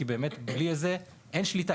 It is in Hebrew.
כי בלי זה באמת אין שליטה,